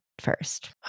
first